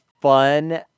fun